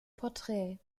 porträt